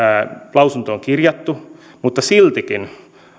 lausuntoon kirjattu mutta siltikin